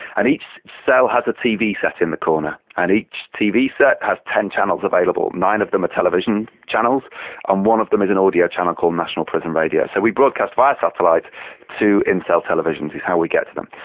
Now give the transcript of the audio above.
and each cell has a tv set in the corner and each tv set has ten channels available, nine of them are television channels and one of them is an audio channel called national prison radio. so we broadcast via satellite to in-cell televisions is how we get to them.